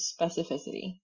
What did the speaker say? specificity